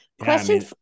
Question